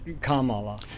Kamala